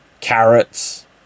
carrots